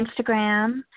Instagram